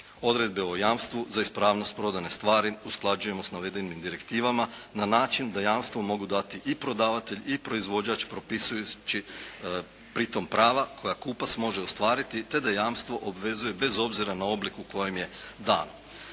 Odredbe o jamstvu za ispravnost prodane stvari usklađujemo sa navedenim direktivama na način da jamstvo mogu dati i prodavatelj i proizvođač propisujući pritom prava koja kupac može ostvariti, te da jamstvo obvezuje bez obzira na oblik u kojem je dan.